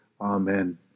Amen